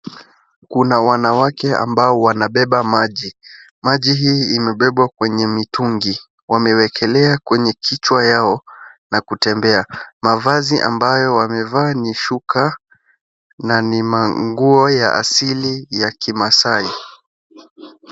Kuna wanawake ambao wanabeba maji. Maji hii imebebwa kwenye mitungi. Wamewekelea kwenye kichwa yao na kutembea. Mavazi ambayo wamevaa ni shuka na ni manguo ya asili ya kimasai.